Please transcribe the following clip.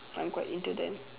I'm quite into them